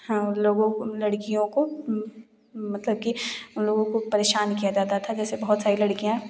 हम लोगों को लड़कियों को मतलब कि लोगों को परेशान किया जाता था जैसे बहुत सारी लड़कियाँ